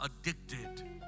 addicted